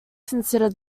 consider